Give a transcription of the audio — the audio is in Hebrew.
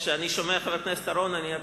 כשאני שומע את חבר הכנסת אורון אני רק